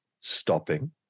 stopping